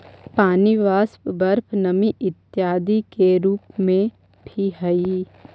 पानी वाष्प, बर्फ नमी इत्यादि के रूप में भी हई